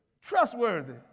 trustworthy